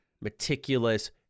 meticulous